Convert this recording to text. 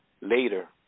Later